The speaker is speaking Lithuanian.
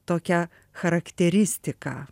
tokią charakteristiką